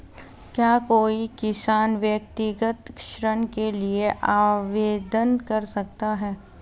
क्या कोई किसान व्यक्तिगत ऋण के लिए आवेदन कर सकता है?